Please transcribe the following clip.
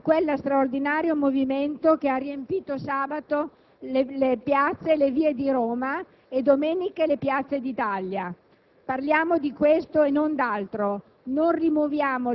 e non di altro, dichiarando il debito a quello straordinario movimento che ha riempito sabato le piazze e le vie di Roma e domenica le piazze d'Italia.